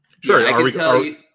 Sure